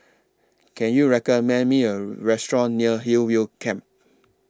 Can YOU recommend Me A Restaurant near Hillview Camp